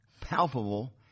palpable